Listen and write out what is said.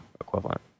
equivalent